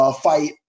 fight